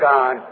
God